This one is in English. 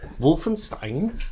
Wolfenstein